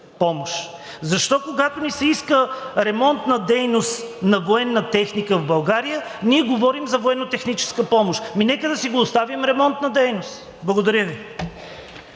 Защо, когато ни се иска ремонтна дейност на военна техника в България, ние говорим за военнотехническа помощ? Нека да си го оставим ремонтна дейност. Благодаря Ви.